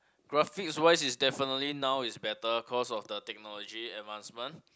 graphics wise is definitely now is better cause of the technology advancement